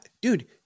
dude